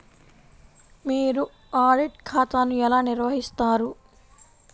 మీరు ఆడిట్ ఖాతాను ఎలా నిర్వహిస్తారు?